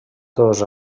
dos